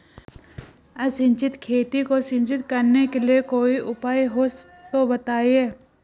असिंचित खेती को सिंचित करने के लिए कोई उपाय हो तो बताएं?